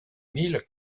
mille